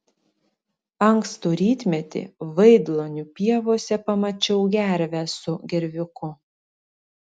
ankstų rytmetį vaidlonių pievose pamačiau gervę su gerviuku